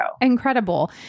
Incredible